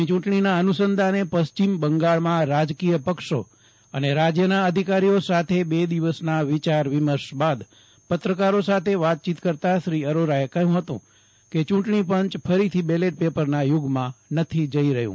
આગામી યુંટણીના અનુસાંધાને પશ્ચિમ બાંગાળમાં રાજકીય પક્ષો અને રાજયના અધિકારીઓ સાથે બે દિવસના વિચાર વિમર્શ બાદ પત્રાકરો સાથે વાતયીત કરતા શ્રી અરોરાએ કહયું કે યુંટણી પંચ ફરીથી બેલેટ પેપરના યુગમાં નથી જઈ રહયું